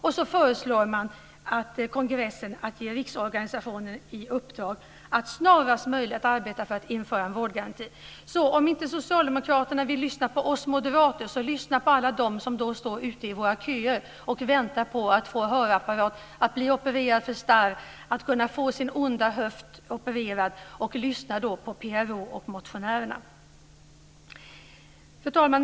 Sedan föreslår kongressen att ge riksorganisationen i uppdrag att snarast möjligt arbeta för införandet av en vårdgaranti. Om inte socialdemokraterna vill lyssna på oss moderater, så lyssna på alla dem som står i kö och väntar på att få hörapparat, på att bli opererade för starr, på att få sin onda höft opererad! Lyssna på PRO och motionärerna! Fru talman!